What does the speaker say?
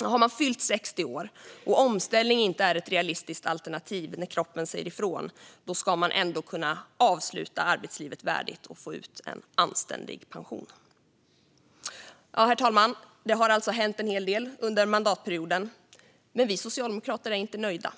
Har man fyllt 60 år och omställning inte är ett realistiskt alternativ när kroppen säger ifrån ska man ändå kunna avsluta arbetslivet värdigt och få ut en anständig pension. Ja, herr talman, det har alltså hänt en hel del under mandatperioden. Men vi socialdemokrater är inte nöjda.